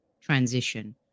transition